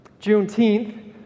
Juneteenth